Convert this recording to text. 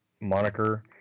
moniker